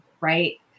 Right